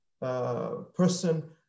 person